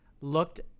looked